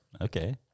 Okay